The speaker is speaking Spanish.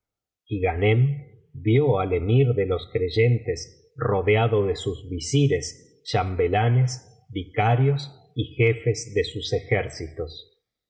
y ghanem vio al emir de los creyentes rodeado de sus visires chambelanes vicarios y jefes de sus ejércitos y